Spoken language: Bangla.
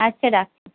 আচ্ছা রাখছি